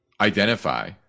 identify